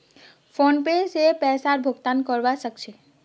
PhonePe से पैसार भुगतान करवा सकछी